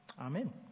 Amen